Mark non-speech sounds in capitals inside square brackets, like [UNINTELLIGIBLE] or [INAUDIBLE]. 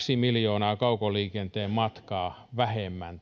kaksi miljoonaa kaukoliikenteen matkaa vähemmän [UNINTELLIGIBLE]